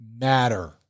matter